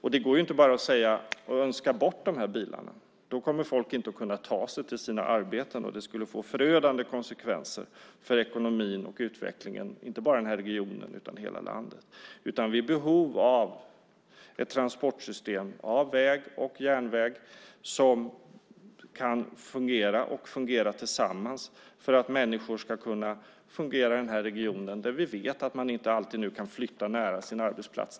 Det går inte bara att önska bort de bilarna. Då kommer människor inte att kunna ta sig till sina arbeten. Det skulle få förödande konsekvenser för ekonomin och utvecklingen inte bara i den här regionen utan i hela landet. Vi har behov av ett transportsystem med väg och järnväg som kan fungera tillsammans för att människor ska kunna fungera i den här regionen. Vi vet att människor inte alltid kan flytta nära sin arbetsplats.